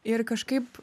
ir kažkaip